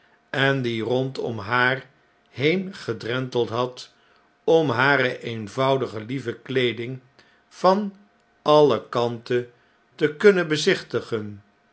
en die rondom haar seen gedrenteld had om hare eenvoudige lieve kleeding van alle kanten te kunnen bezichtigen